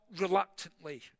reluctantly